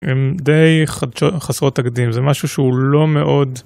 הם די חסרות תקדים, זה משהו שהוא לא מאוד...